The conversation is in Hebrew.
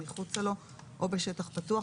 מחוצה לו או בשטח פתוח,